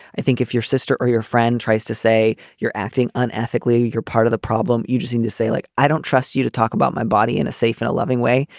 i think if your sister or your friend tries to say you're acting unethically, you're part of the problem. you just need to say, like, i don't trust you to talk about my body in a safe in a loving way.